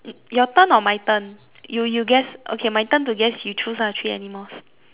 your turn or my turn you you guess okay my turn to guess you choose lah three animals